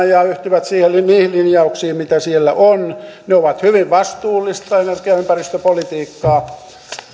ja yhtyvät niihin linjauksiin mitä siellä on ne ovat hyvin vastuullista energia ja ympäristöpolitiikkaa